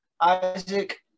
Isaac